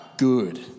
good